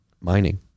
Mining